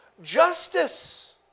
Justice